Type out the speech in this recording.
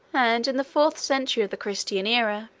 and in the fourth century of the christian aera,